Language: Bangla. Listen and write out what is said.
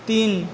তিন